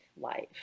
life